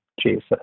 Jesus